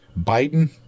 Biden